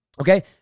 Okay